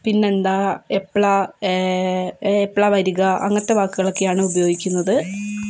പിന്നെന്താ എപ്പോഴാ എപ്പോഴാ വരിക അങ്ങനത്തെ വാക്കുകളൊക്കെയാണ് ഉപയോഗിക്കുന്നത്